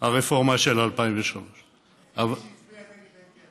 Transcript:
הרפורמה של 2003. היחידי שהצביע נגד היה אני.